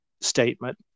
statement